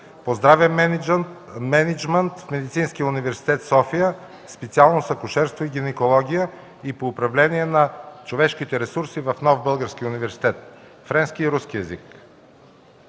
по здравен мениджмънт в Медицинския университет – София, специалност „акушерство и гинекология” и по управление на човешките ресурси в Нов български университет. Владее френски и руски езици.